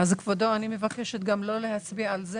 כבודו, אני מבקשת לא להצביע על זה